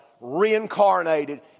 reincarnated